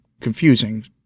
confusing